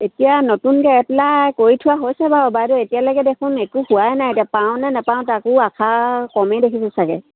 এতিয়া নতুনকৈ এপ্লাই কৰি থোৱা হৈছে বাৰু বাইদেউ এতিয়ালৈকে দেখোন একো হোৱাই নাই এতিয়া পাওঁনে নেপাওঁ তাকো আশা কমেই দেখিছোঁ চাগে